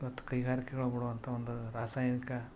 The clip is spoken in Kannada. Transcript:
ಮತ್ತೆ ಕೈಗಾರಿಕೆಗಳು ಬಿಡುವಂತ ಒಂದು ರಾಸಾಯನಿಕ